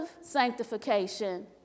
sanctification